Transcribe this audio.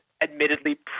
admittedly